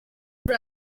rev